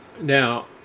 Now